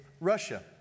Russia